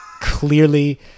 Clearly